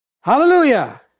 Hallelujah